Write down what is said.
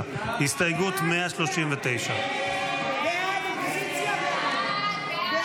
139. הסתייגות 139. הסתייגות 139 לא נתקבלה.